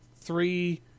three